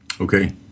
Okay